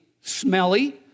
smelly